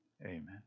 Amen